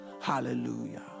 Hallelujah